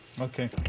Okay